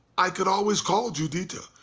i could always called juditha.